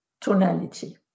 tonality